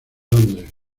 londres